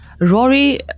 Rory